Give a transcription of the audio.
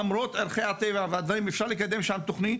למרות ערכי הטבע והדברים האלה אפשר לקדם שם תוכנית,